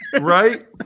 right